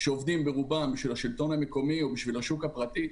שעובדים ברובם בשביל השלטון המקומי או בשביל השוק הפרטי,